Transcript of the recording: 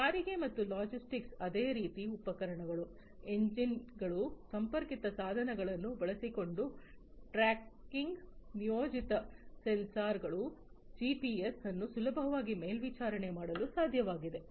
ಸಾರಿಗೆ ಮತ್ತು ಲಾಜಿಸ್ಟಿಕ್ಸ್ ಅದೇ ರೀತಿ ಉಪಕರಣಗಳು ಎಂಜಿನ್ಗಳು ಸಂಪರ್ಕಿತ ಸಾಧನಗಳನ್ನು ಬಳಸಿಕೊಂಡು ಟ್ರ್ಯಾಕಿಂಗ್ ನಿಯೋಜಿತ ಸೆನ್ಸಾರ್ಗಳು ಜಿಪಿಎಸ್ ಅನ್ನು ಸುಲಭವಾಗಿ ಮೇಲ್ವಿಚಾರಣೆ ಮಾಡಲು ಸಾಧ್ಯವಿದೆ